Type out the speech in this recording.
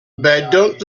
let